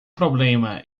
problema